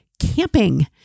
camping